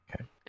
okay